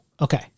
Okay